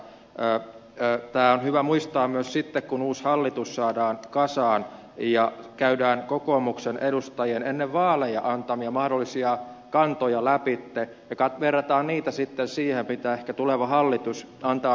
tämä on hyvä muistaa myös sitten kun uusi hallitus saadaan kasaan ja käydään kokoomuksen edustajien ennen vaaleja antamia mahdollisia kantoja läpi ja verrataan niitä sitten siihen mitä lakiesityksiä ehkä tuleva hallitus antaa